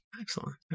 Excellent